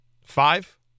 Five